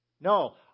No